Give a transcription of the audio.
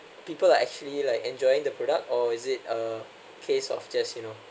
people are actually like enjoying the product or is it a case of just you know